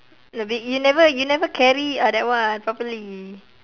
no but you never you never carry uh that one properly